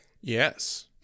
Yes